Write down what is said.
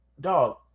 dog